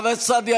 חבר הכנסת סעדי,